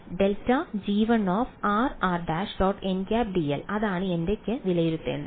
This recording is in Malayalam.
nˆdl അതാണ് എനിക്ക് വിലയിരുത്തേണ്ടത്